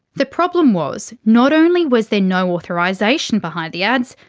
the problem was, not only was there no authorisation behind the ads,